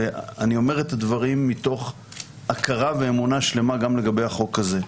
אני אומר את הדברים מתוך הכרה ואמונה שלמה גם לגבי החוק הזה.